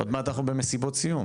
עוד מעט אנחנו במסיבות סיום,